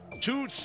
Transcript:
two